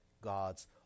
God's